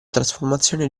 trasformazione